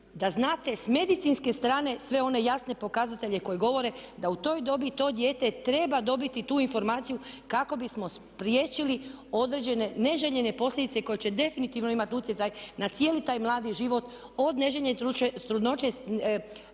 da znate s medicinske strane sve one jasne pokazatelje koji govore da u toj dobi to dijete treba dobiti tu informaciju kako bismo spriječili određene neželjene posljedice koje će definitivno imati utjecaj na cijeli taj mladi život od neželjene trudnoće,